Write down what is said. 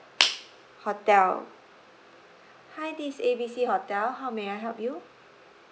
hotel hi this is A B C hotel how may I help you